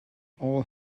all